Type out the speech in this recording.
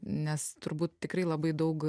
nes turbūt tikrai labai daug